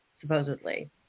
supposedly